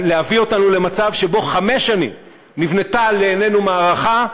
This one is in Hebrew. להביא אותנו למצב שבו חמש שנים נבנתה לעינינו מערכה,